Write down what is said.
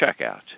checkout